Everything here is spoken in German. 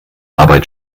arbeit